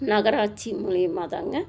நகராட்சி மூலியமாக தாங்க